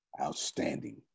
Outstanding